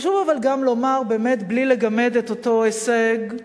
אבל חשוב גם לומר, בלי לגמד את אותו הישג,